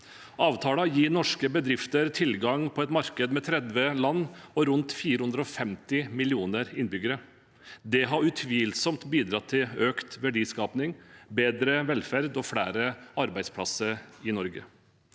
Avtalen gir norske bedrifter tilgang til et marked med 30 land og rundt 450 millioner innbyggere. Det har utvilsomt bidratt til økt verdiskaping, bedre velferd og flere arbeidsplasser i Norge.